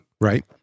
Right